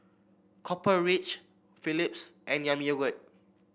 Copper Ridge Philips and Yami Yogurt